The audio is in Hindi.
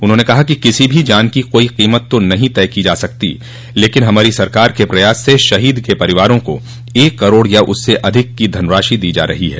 उन्होंने कहा कि किसी की जान की कोई कीमत तो नहीं तय की जा सकती है लेकिन हमारी सरकार के प्रयास से शहीद के परिवारों को एक करोड़ या उससे अधिक की धनराशि दी जा रही है